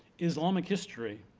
islamic history,